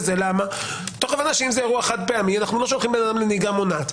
למה מהבנה שאם זה אירעו חד פעמי אנו לא שולחים אדם לנהיגה מונעת.